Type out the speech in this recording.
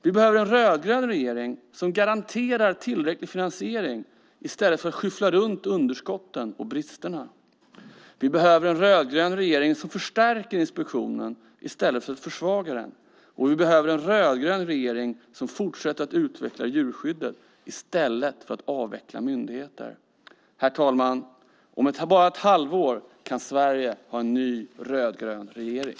Vi behöver en rödgrön regering som garanterar tillräcklig finansiering i stället för att skyffla runt underskotten och bristerna. Vi behöver en rödgrön regering som förstärker inspektionen i stället för att försvaga den. Och vi behöver en rödgrön regering som fortsätter att utveckla djurskyddet i stället för att avveckla myndigheter. Herr talman! Om bara ett halvår kan Sverige ha en ny rödgrön regering.